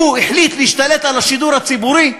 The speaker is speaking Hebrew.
הוא החליט להשתלט על השידור הציבורי.